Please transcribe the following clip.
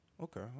Okay